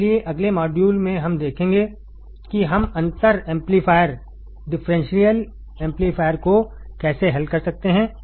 इसलिए अगले मॉड्यूल में हम देखेंगे कि हम अंतर एम्पलीफायर को कैसे हल कर सकते हैं